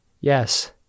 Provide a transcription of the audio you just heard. Yes